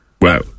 wow